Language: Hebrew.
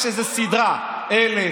יש איזו סדרה: 1000,